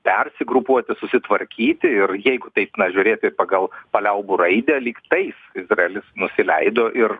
persigrupuoti susitvarkyti ir jeigu taip na žiūrėti pagal paliaubų raidę lyg tais izraelis nusileido ir